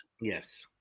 yes